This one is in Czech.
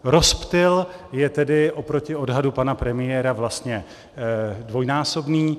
Rozptyl je tedy oproti odhadu pana premiéra vlastně dvojnásobný.